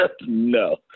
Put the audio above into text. No